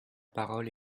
parole